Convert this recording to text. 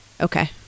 Okay